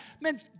man